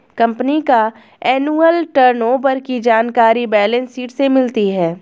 company का annual turnover की जानकारी बैलेंस शीट से मिलती है